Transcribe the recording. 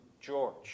George